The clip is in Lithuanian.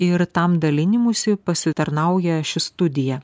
ir tam dalinimuisi pasitarnauja ši studija